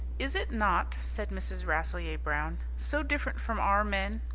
is it not? said mrs. rasselyer-brown. so different from our men.